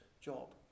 job